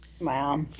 Wow